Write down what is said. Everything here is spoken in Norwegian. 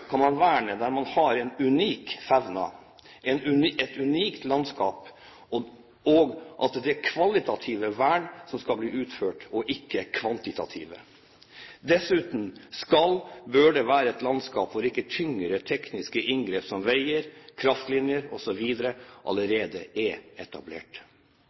kan man verne der man har en unik fauna, et unikt landskap, og det er kvalitative vern som skal bli utført, ikke kvantitative. Dessuten skal/bør det være et landskap hvor ikke tyngre tekniske inngrep som veier, kraftlinjer osv. allerede er etablert.